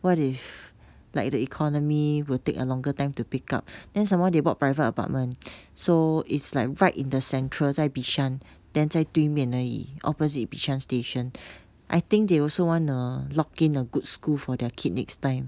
what if like the economy will take a longer time to pick up then some more they bought private apartment so it's like right in the central 在 bishan then 在对面而已 opposite bishan station I think they also wanna lock in a good school for their kid next time